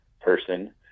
person